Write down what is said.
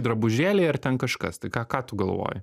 drabužėliai ar ten kažkas tai ką ką tu galvoji